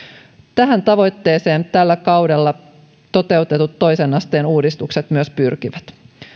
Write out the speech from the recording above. tähän tavoitteeseen tällä kaudella toteutetut toisen asteen uudistukset myös pyrkivät